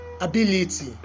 ability